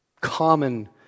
common